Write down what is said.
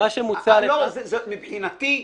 מבחינתי,